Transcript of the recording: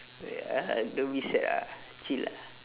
ah don't be sad ah chill ah